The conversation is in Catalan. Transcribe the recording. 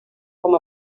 com